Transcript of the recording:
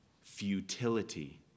Futility